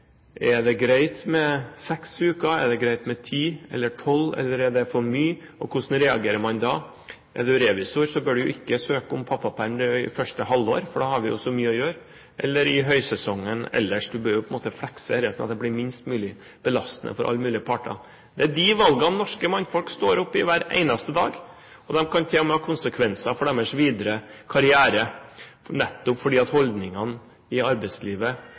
Er det greit med seks uker? Er det greit med ti eller tolv uker, eller er det for mye? Og hvordan reagerer man da? Er man revisor, bør man ikke søke om pappapermisjon i første halvår, for da har man så mye å gjøre, eller i høysesongen ellers. Man bør jo flekse, slik at det blir minst mulig belastende for alle parter. Det er de valgene norske mannfolk står oppe i hver eneste dag, og det kan til og med ha konsekvenser for deres videre karriere, nettopp på grunn av holdningene i arbeidslivet.